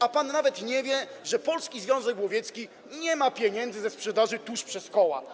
A pan nawet nie wie, że Polski Związek Łowiecki nie ma pieniędzy ze sprzedaży tusz przez koła.